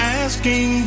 asking